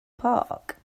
park